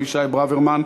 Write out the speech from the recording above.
אבישי ברוורמן,